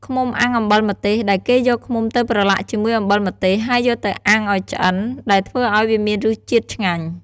ឃ្មុំអាំងអំបិលម្ទេស ដែលគេយកឃ្មុំទៅប្រឡាក់ជាមួយអំបិលម្ទេស ហើយយកទៅអាំងឱ្យឆ្អិន ដែលធ្វើឱ្យវាមានរសជាតិឆ្ងាញ់។